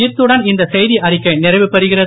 இத்துடன் இந்த செய்தியறிக்கை நிறைவுபெறுகிறது